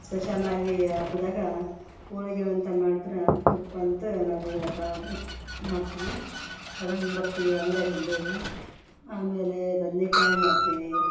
ಸ್ಪೆಷಲ್ಲಾಗಿ ಹಬ್ದಾಗ ಹೋಳ್ಗಿ ಅಂತ ಮಾಡಿದ್ರೆ ತುಪ್ಪಂತೂ ನಮಗೆ ಕಾ ಇರೋ ಮಾಡ್ತೀವಿ ತಗಂಡು ಬರ್ತೀವಿ ಅಂಗಡ್ಯಾಗಿಂದು ಇದು ಆಮೇಲೆ ಬದ್ನೇಕಾಯಿ ಮಾಡ್ತೀವಿ